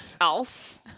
else